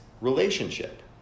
relationship